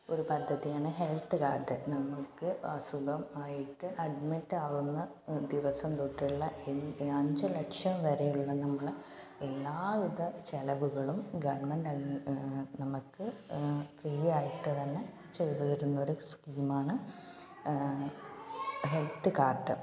ഒരു പദ്ധതിയാണ് health card നമുക്ക് അസുഖം ആയിട്ട് അഡ്മിറ്റ് ആവുന്ന ദിവസം തൊട്ടുള്ള അഞ്ച് ലക്ഷം വരെയുള്ള നമ്മളെ എല്ലാവിധ ചിലവുകളും ഗെവണ്മെൻ്റ് നമുക്ക് ഫ്രീ ആയിട്ട് തന്നെ ചെയ്ത് തരുന്ന ഒരു സ്കീമാണ് ഹെൽത്ത് കാർഡ്